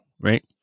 right